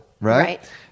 right